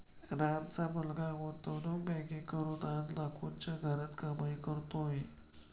रामचा मुलगा गुंतवणूक बँकिंग करून आज लाखोंच्या घरात कमाई करतोय